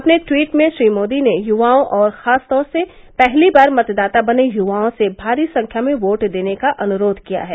अपने ट्वीट में श्री मोदी ने य्वाओं और खासतौर से पहली बार मतदाता बने य्वाओं से भारी संख्या में वोट देने का अनुरोध किया है